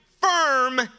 firm